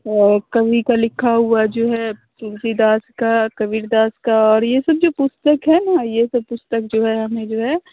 आउ कवि का लिखा हुआ जो है तुलसीदास का कबीरदास का और ये सब जो पुस्तक है नहीं ये सब पुस्तक जो है हमे जो है